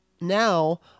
now